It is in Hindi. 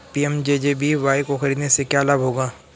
पी.एम.जे.जे.बी.वाय को खरीदने से क्या लाभ होगा?